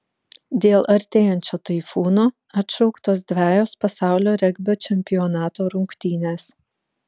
dėl artėjančio taifūno atšauktos dvejos pasaulio regbio čempionato rungtynės